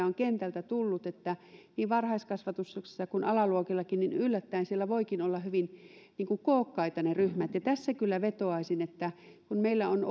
on kentältä tullut että niin varhaiskasvatuksessa kuin alaluokillakin yllättäen voivatkin olla hyvin kookkaita ne ryhmät tässä kyllä vetoaisin siihen kun meillä on